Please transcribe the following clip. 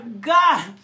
God